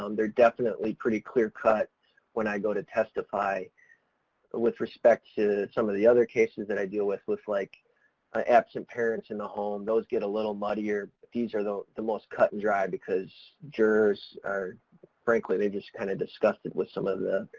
um they're definitely pretty clear-cut when i go to testify with respect to some of the other cases that i deal with, with like absent parents in the home those get a little muddier. but these are the the most cut and dry because jurors are frankly, they're just kind of disgusted with some of the,